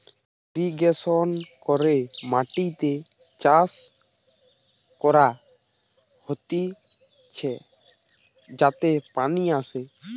irrigation করে মাটিতে চাষ করা হতিছে যাতে পানি আসে